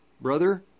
Brother